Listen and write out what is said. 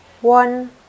one